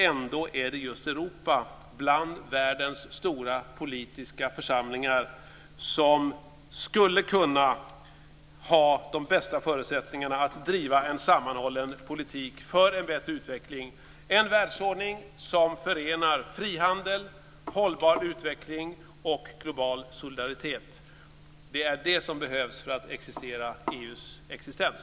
Ändå är det just Europa bland världens stora politiska församlingar som skulle kunna ha de bästa förutsättningarna att driva en sammanhållen politik för en bättre utveckling, en världsordning som förenar frihandel, hållbar utveckling och global solidaritet. Det är det som behövs för att motivera EU:s existens.